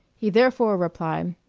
he therefore replied,